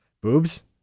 Boobs